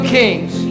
kings